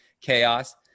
chaos